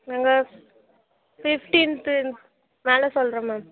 நாங்கள் ஃபிஃப்டீன்து மேலே சொல்கிறன் மேம்